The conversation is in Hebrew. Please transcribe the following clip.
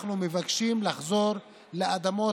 אנחנו מבקשים לחזור לאדמות,